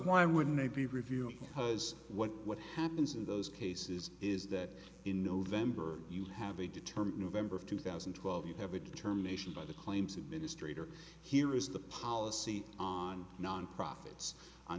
why wouldn't it be review is what what happens in those cases is that in november you have a determine of ember of two thousand and twelve you have a determination by the claims administrator here is the policy on non profits on